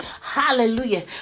hallelujah